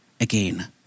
Again